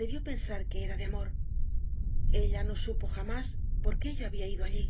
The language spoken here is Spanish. debió pensar que era de amor ella no supo jamás por qué yo había ido allí